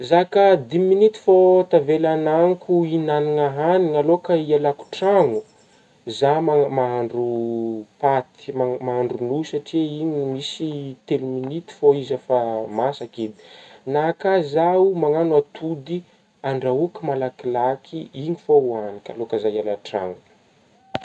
Zah ka dimy minitry fô tavela agnanako hinagnagna hanigna alôha ka ialako tragno zah ma ma-mahandro paty ma-mahandro nouille satria igny no misy telo minitry fô izy afa masaky, na ka zaho managno atody andrahoako, malakilaky igny fô hoagniko alôha ka za iala an-tragno.